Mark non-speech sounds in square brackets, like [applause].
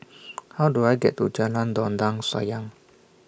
[noise] How Do I get to Jalan Dondang Sayang